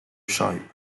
shape